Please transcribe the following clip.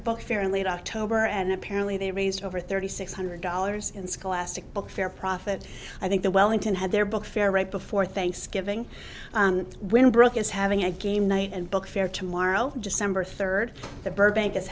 book fair in late october and apparently they raised over thirty six hundred dollars in school lastic book fair profit i think the wellington had their book fair right before thanksgiving when brooke is having a game night and book fair tomorrow december third the burbank